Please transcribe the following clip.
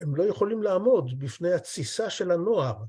הם לא יכולים לעמוד בפני התסיסה של הנוער.